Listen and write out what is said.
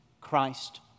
Christ